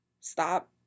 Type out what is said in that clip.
stop